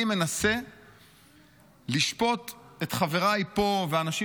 אני מנסה לשפוט את חבריי פה ואת האנשים